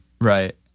Right